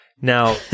Now